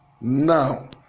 now